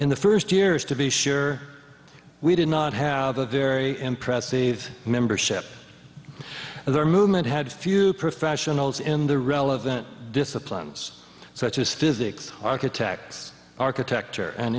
in the first years to be sure we did not have a very impressive membership and their movement had few professionals in the relevant disciplines such as physics architects architecture and